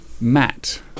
matt